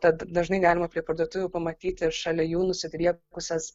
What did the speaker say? tad dažnai galima prie parduotuvių pamatyti šalia jų nusidriekusias